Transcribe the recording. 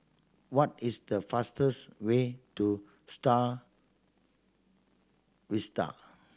what is the fastest way to Star Vista